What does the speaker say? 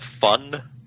fun